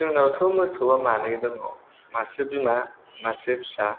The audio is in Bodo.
जोंनावथ' मोसौआ मानै दङ मासे बिमा मासे फिसा